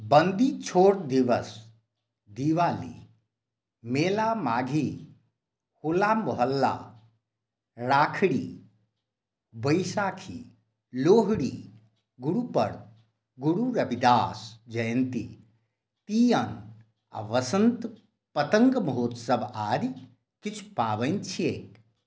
बन्दी छोड़ि दिवस दिवाली मेला माघी होला मोहल्ला राखड़ी बैशाखी लोहड़ी गुरूपर्व गुरु रविदास जयन्ती तीयन आओर बसन्त पतङ्ग महोत्सव आदि किछु पाबनि छियैक